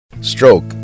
Stroke